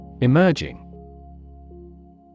Emerging